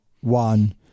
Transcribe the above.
one